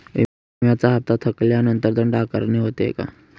विम्याचा हफ्ता थकल्यानंतर दंड आकारणी होते का?